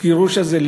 מהגירוש הזה,